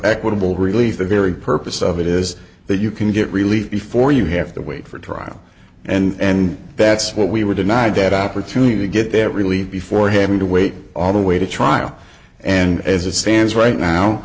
equitable relief the very purpose of it is that you can get relief before you have to wait for trial and that's what we were denied that opportunity to get there really before having to wait all the way to trial and as it stands right now